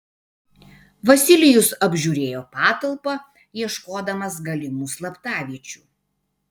vasilijus apžiūrėjo patalpą ieškodamas galimų slaptaviečių